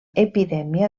epidèmia